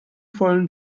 vollen